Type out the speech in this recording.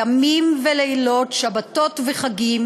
ימים ולילות, שבתות וחגים.